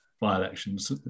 by-elections